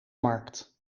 markt